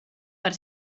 per